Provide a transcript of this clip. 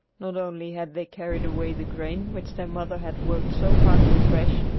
not only had they carried away the grain which their mother had worked so hard to thresh,